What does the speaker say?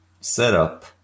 setup